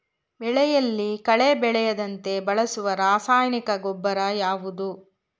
ಬೆಳೆಯಲ್ಲಿ ಕಳೆ ಬೆಳೆಯದಂತೆ ಬಳಸುವ ರಾಸಾಯನಿಕ ಗೊಬ್ಬರ ಯಾವುದು?